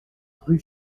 rue